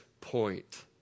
point